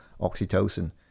oxytocin